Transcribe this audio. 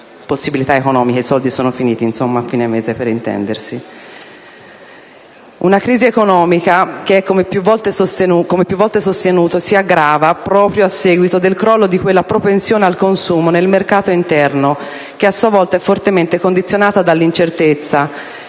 possibilità economiche perché, per intendersi, i soldi sono finiti. Si tratta di una crisi economica che, come più volte sostenuto, si aggrava proprio a seguito del crollo di quella propensione al consumo nel mercato interno, a sua volta fortemente condizionata dall'incertezza